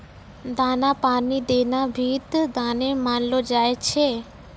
दाना पानी देना भी त दाने मानलो जाय छै